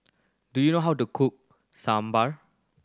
do you know how to cook Sambar